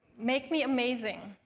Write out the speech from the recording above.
make me amazing,